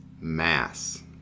Mass